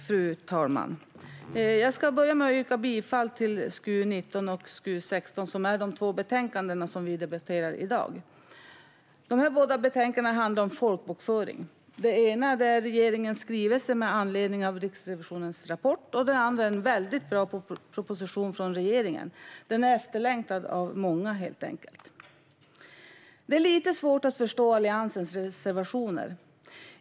Fru talman! Jag ska börja med att yrka bifall till förslagen i SkU19 och SkU16, som är de två betänkanden vi debatterar i dag. De båda betänkandena handlar om folkbokföring. Det ena behandlar regeringens skrivelse med anledning av Riksrevisionens rapport, och det andra behandlar en väldigt bra proposition från regeringen. Den är helt enkelt efterlängtad av många. Det är lite svårt att förstå Alliansens reservationer.